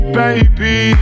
baby